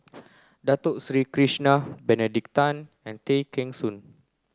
Dato Sri Krishna Benedict Tan and Tay Kheng Soon